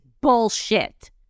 bullshit